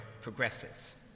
progresses